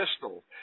pistol